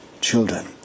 children